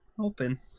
open